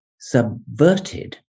subverted